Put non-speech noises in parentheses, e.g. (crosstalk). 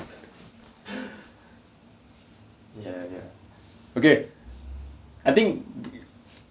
(laughs) ya ya okay I think